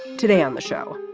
today on the show,